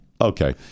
okay